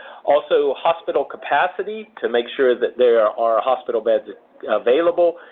also, hospital capacity to make sure that there are hospital beds available,